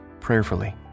prayerfully